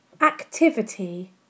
Activity